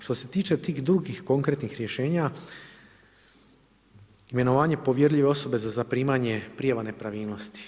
Što se tiče tih drugih konkretnih rješenja, imenovanje povjerljive osobe za zaprimljene prijava nepravilnosti.